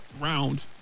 Round